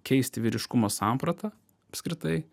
keisti vyriškumo sampratą apskritai